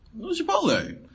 Chipotle